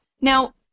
Now